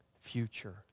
future